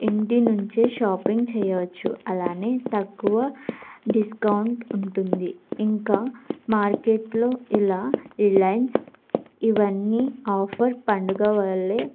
ఇంటి నుంచే షాపింగ్ చేయొచ్చు అలానే తక్కువ డిస్కౌంట్ ఉంటుంది ఇంకా మార్కెట్లో ఇలా రిలయన్స్ ఇవన్నీ ఆఫర్ పండుగ వల్లే